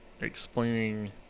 explaining